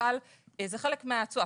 אבל זה חלק מהתשואה.